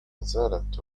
زالت